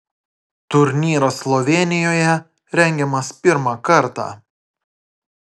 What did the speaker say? turnyras slovėnijoje rengiamas pirmą kartą